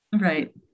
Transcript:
Right